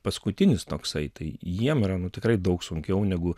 paskutinis toksai tai jiem yra nu tikrai daug sunkiau negu